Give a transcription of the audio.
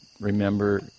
remember